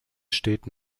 steht